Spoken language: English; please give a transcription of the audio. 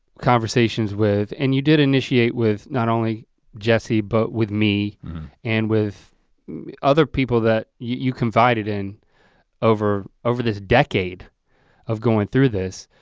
conversations with and you did initiate with not only jesse but with me and with other people that you confided in over over this decade of going through this.